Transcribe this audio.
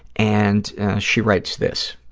and she writes this.